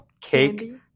Cake